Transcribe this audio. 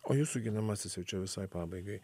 o jūsų ginamasis jau čia visai pabaigai